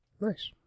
Nice